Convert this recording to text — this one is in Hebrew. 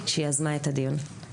יש המון היבטים ואנחנו נדון בהם,